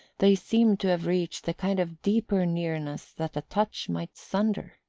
they seemed to have reached the kind of deeper nearness that a touch may sunder.